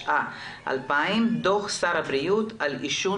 התשס"א-2000 דו"ח שר הבריאות על העישון